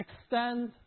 extend